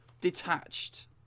detached